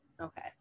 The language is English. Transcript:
Okay